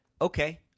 okay